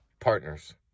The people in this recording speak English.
Partners